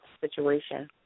situation